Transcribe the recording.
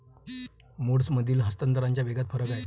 मोड्समधील हस्तांतरणाच्या वेगात फरक आहे